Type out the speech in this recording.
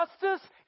justice